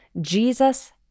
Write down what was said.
Jesus